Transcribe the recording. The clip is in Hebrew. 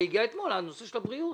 זה הגיע אתמול, הנושא של הבריאות.